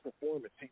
performance